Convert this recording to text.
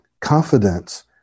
confidence